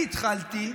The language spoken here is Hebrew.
אני התחלתי,